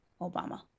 Obama